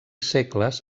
segles